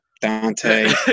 Dante